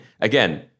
Again